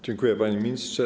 Dziękuję, panie ministrze.